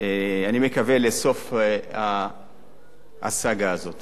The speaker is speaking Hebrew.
אני מקווה, לסוף הסאגה הזאת.